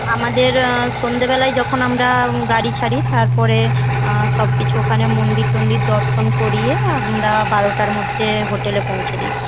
আমাদের সন্ধেবেলায় যখন আমরা গাড়ি ছাড়ি তারপরে সবকিছু ওখানে মন্দির টন্দির দর্শন করিয়ে আমরা বারোটার মধ্যে হোটেলে পৌঁছে দিই